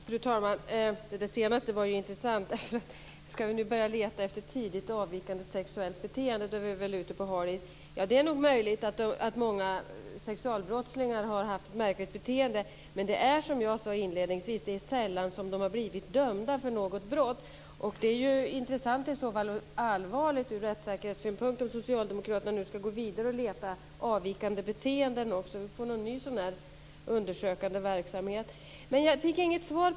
Fru talman! Det senaste var intressant. Ska vi nu börja leta efter tidigt avvikande sexuellt beteende är vi väl ändå ute på hal is. Det är nog möjligt att många sexualbrottslingar har haft ett märkligt beteende. Men de har, som jag sade inledningsvis, sällan blivit dömda för något brott. Det är i så fall intressant, och allvarligt ur rättssäkerhetssynpunkt, om socialdemokraterna nu ska gå vidare och leta avvikande beteenden så att vi får en ny sådan undersökande verksamhet. Jag fick inget svar.